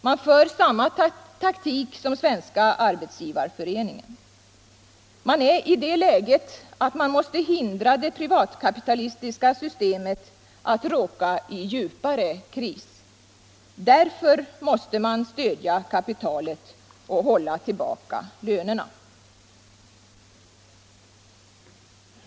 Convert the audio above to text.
Man för samma taktik som Svenska arbetsgivareföreningen. Man är i det läget att man måste hindra det privatkapitalistiska systemet att råka i djupare kris. Därför måste man understödja kapitalet och hålla tillbaka lönerna.